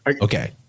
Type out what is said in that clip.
Okay